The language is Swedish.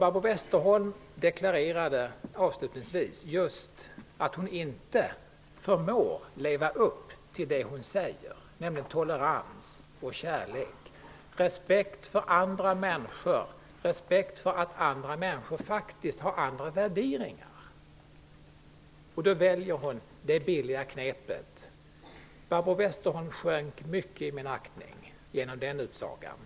Barbro Westerholm deklarerade avslutningsvis att hon inte förmår leva upp till det hon säger, nämligen kärlek, tolerans, respekt för andra människor och för att andra människor faktiskt har andra värderingar. Hon väljer det billiga knepet. Barbro Westerholm sjönk mycket i min aktning genom den utsagan.